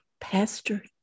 Pastor